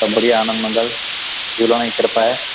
सभु बढ़िया आनंद मंगल झूलण जी कृपा आहे